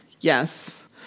Yes